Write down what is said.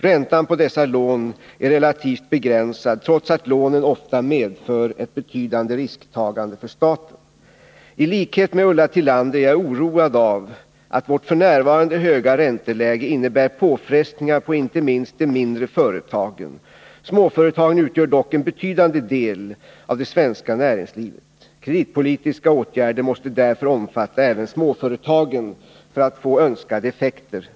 Räntan på dessa lån är relativt begränsad, trots att lånen ofta medför ett betydande risktagande för staten. I likhet med Ulla Tillander är jag oroad av att vårt f. n. höga ränteläge innebär påfrestningar på inte minst de mindre företagen. Småföretagen utgör dock en betydande del av det svenska näringslivet. Kreditpolitiska åtgärder måste därför omfatta även småföretagen för att få önskade effekter.